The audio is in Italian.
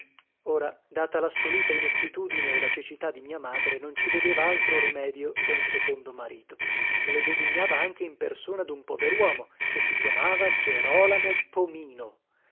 ora data lassoluta inettitudine e la cecità di mia madre non ci vedeva altro rimedio che un secondo marito e lo designava anche in persona dun poveruomo che si chiamava gerolamo pomino